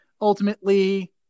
ultimately